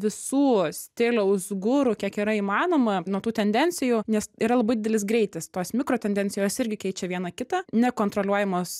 visų stiliaus guru kiek yra įmanoma nuo tų tendencijų nes yra labai didelis greitis tos mikro tendencijos irgi keičia viena kitą nekontroliuojamos